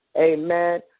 Amen